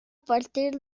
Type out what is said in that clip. partir